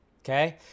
Okay